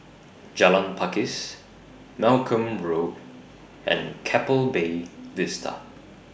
Jalan Pakis Malcolm Road and Keppel Bay Vista